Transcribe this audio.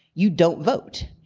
you don't vote.